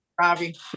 Robbie